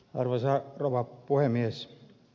arvoisa rouva puhemies